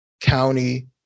county